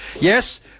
Yes